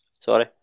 Sorry